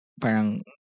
parang